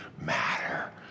matter